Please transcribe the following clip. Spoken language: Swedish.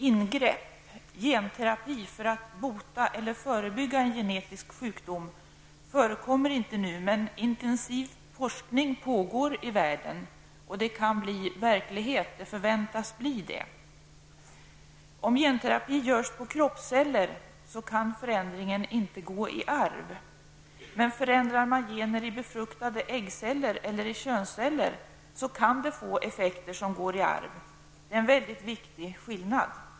Ingrepp -- genterapi -- för att bota eller förebygga en genetisk sjukdom förekommer inte nu, men intensiv forskning på detta område pågår i världen. Det kan bli verklighet, och det förväntas bli det. Om genterapi görs på kroppsceller kan förändringen inte gå i arv. Men förändrar man gener i befruktade äggceller eller i könsceller kan det få effekter som går i arv. Det är en mycket viktig skillnad.